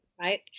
right